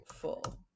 full